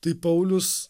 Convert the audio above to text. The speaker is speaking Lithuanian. tai paulius